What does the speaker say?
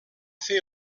fer